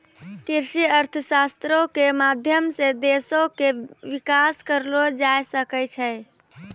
कृषि अर्थशास्त्रो के माध्यम से देशो के विकास करलो जाय सकै छै